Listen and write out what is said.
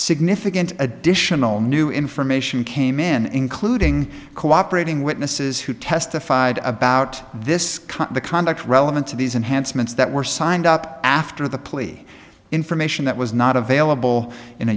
significant additional new information came in including cooperating witnesses who testified about this the conduct relevant to these enhanced mintz that were signed up after the plea information that was not available in a